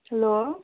hello